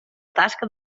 tasca